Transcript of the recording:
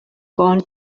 gone